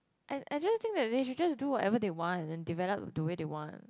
I I just think that they should just do whatever they want and develop the way they want